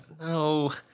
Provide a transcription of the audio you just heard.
no